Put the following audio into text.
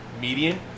median